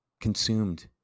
consumed